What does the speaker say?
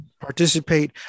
participate